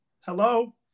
Hello